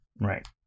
Right